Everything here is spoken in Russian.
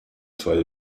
свои